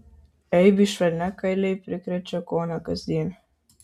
eibių švelniakailiai prikrečia kone kasdien